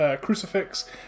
crucifix